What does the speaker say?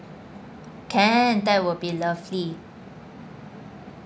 can that will be lovely